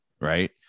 right